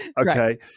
Okay